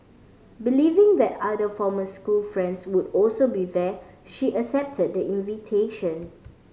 believing that other former school friends would also be there she accepted the invitation